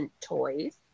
Toys